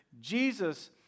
Jesus